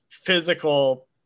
physical